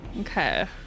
Okay